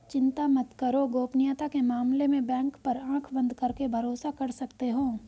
चिंता मत करो, गोपनीयता के मामले में बैंक पर आँख बंद करके भरोसा कर सकते हो